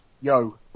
yo